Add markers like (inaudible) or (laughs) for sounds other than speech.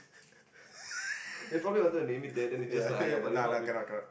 (laughs) yeah nah nah cannot cannot